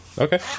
Okay